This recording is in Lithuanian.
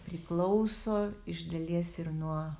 priklauso iš dalies ir nuo